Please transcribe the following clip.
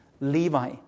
Levi